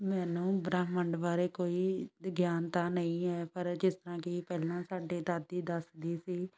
ਮੈਨੂੰ ਬ੍ਰਹਿਮੰਡ ਬਾਰੇ ਕੋਈ ਗਿਆਨ ਤਾਂ ਨਹੀਂ ਹੈ ਪਰ ਜਿਸ ਤਰ੍ਹਾਂ ਕਿ ਪਹਿਲਾਂ ਸਾਡੇ ਦਾਦੀ ਦੱਸਦੀ ਸੀ